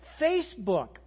Facebook